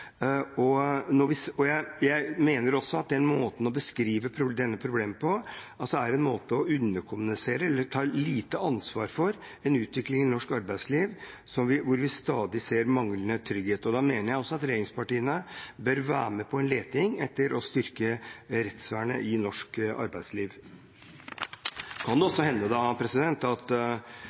Jeg mener også at den måten å beskrive dette problemet på er å underkommunisere eller å ta lite ansvar for en utvikling i norsk arbeidsliv hvor vi stadig ser manglende trygghet. Jeg mener at også regjeringspartiene bør være med på en leting etter å styrke rettsvernet i norsk arbeidsliv. Når Høyre og Fremskrittspartiet avviser dette, kan det jo hende at det handler om deres litt vanlige omsorg for arbeidsgivere og bedriftseiere – kanskje en slags idé om at